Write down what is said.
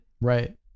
Right